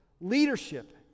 leadership